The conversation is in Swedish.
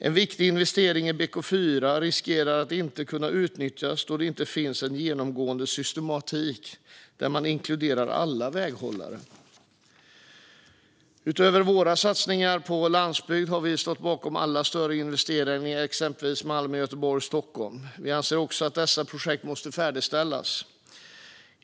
En viktig investering i BK4 riskerar att inte kunna utnyttjas då det inte finns en genomgående systematik där alla väghållare inkluderas. Utöver våra satsningar på landsbygden har vi stått bakom alla större investeringar i exempelvis Malmö, Göteborg och Stockholm. Vi anser också att dessa projekt måste färdigställas.